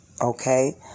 Okay